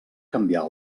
canviar